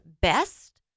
best